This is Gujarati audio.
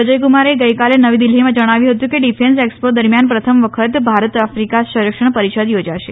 અજયકુમારે ગઈકાલે નવી દિલ્ફીમાં જણાવ્યું હતું કે ડિફેન્સ એક્સપો દરમિયાન પ્રથમ વખત ભારત આફ્રિકા સંરક્ષણ પરિષદ થોજાશે